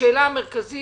השאלה המרכזית